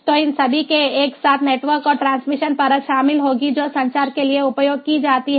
तो इन सभी में एक साथ नेटवर्क और ट्रांसमिशन परत शामिल होगी जो संचार के लिए उपयोग की जाती है